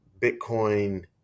Bitcoin